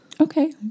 Okay